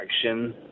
action